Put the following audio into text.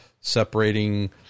separating